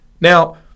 Now